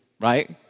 right